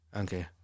Okay